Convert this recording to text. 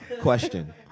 Question